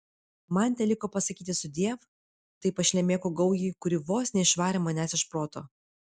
man teliko pasakyti sudiev tai pašlemėkų gaujai kuri vos neišvarė manęs iš proto